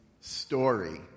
story